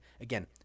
again